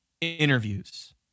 interviews